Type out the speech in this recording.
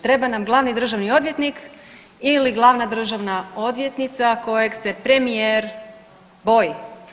Treba nam glavni državni odvjetnik ili glavna državna odvjetnica kojeg se premijer boji.